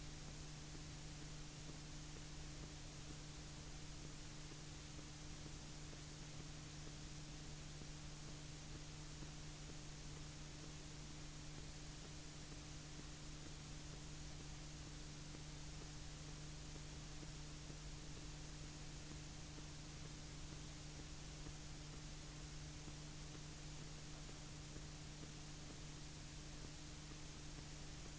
Vi femfaldigar resurserna. Vi anger inriktningen i form av en organisation där vi gör den största satsningen på utbildningsvetenskap som någonsin har gjorts i landet, för att äntligen få en knäck i kurvan. Detta ska visa att lärarutbildningen måste ha en livskraftig forskning som grund för att bli en riktigt bra utbildning. Utbildningsvetenskap är en av de viktigaste strategiska framtidsområdena för ett samhälle som Sverige, som bygger alltmer av sitt samhällsliv på kunskap. Det är ett klart svar på hur jag och regeringen ser på utbildningsvetenskapens framtid.